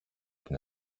την